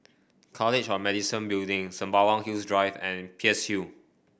College of Medicine Building Sembawang Hills Drive and Peirce Hill